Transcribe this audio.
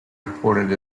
appointed